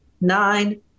nine